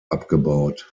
abgebaut